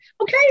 Okay